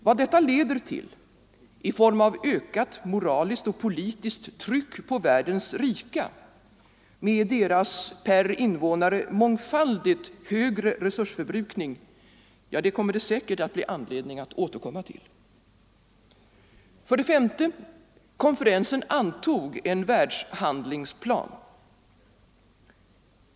Vad detta leder till i form av ökat moraliskt och politiskt tryck på världens rika med deras per invånare mångfaldigt högre resursförbrukning kommer det säkert att bli anledning att återkomma till. 5. Konferensen antog en världshandlingsplan.